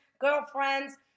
girlfriends